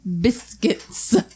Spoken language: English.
biscuits